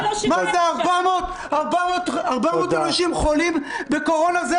-- 400 אנשים חולים בקורונה זאת